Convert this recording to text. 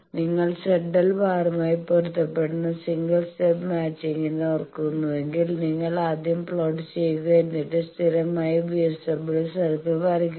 നിങ്ങൾ ZL ബാറുമായി പൊരുത്തപ്പെടുന്ന സിംഗിൾ സ്റ്റെപ്പ് മാച്ചിങ് ഓർക്കുന്നുവെങ്കിൽ നിങ്ങൾ ആദ്യം പ്ലോട്ട് ചെയ്യുക എന്നിട്ട് സ്ഥിരമായ VSWR സർക്കിൾ വരയ്ക്കുക